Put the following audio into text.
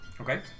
Okay